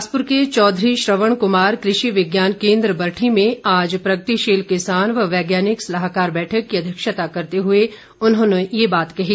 बिलासपुर के चौधरी श्रवण कुमार कृषि विज्ञान केन्द्र बरठी में आज प्रगतिशील किसान व वैज्ञानिक सलाहकार बैठक की अध्यक्षता करते हुए ये बात कही